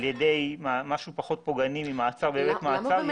ידי משהו פחות פוגעני ממעצר בבית מעצר.